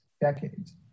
decades